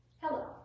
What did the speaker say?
Hello